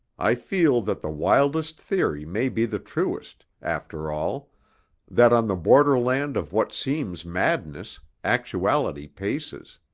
i feel that the wildest theory may be the truest, after all that on the borderland of what seems madness, actuality paces.